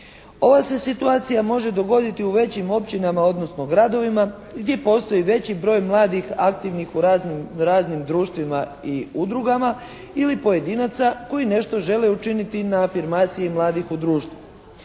Ova se situacija može dogoditi u većim općinama odnosno gradovima gdje postoji veći broj mladih aktivnih u raznim društvima i udrugama, ili pojedinaca koji nešto želi učiniti na afirmaciji mladih u društvu.